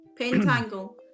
Pentangle